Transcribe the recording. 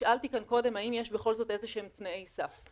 נשאלתי כאן קודם האם יש בכל זאת איזה שהם תנאי סף.